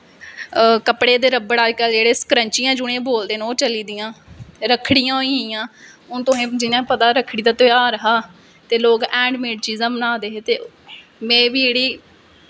कपड़े दे रब्बड़ संकरंचियां अज्ज कल जिनेंगी बोलदे ओह् चली दियां रक्खड़ियां होई गेईयां हून तुसेंगी पता ऐ जियां रक्खड़ी दा ध्यार हा ते लोग हैंड मेड चीज़ां बना दे हे ते में बी जेह्ड़ी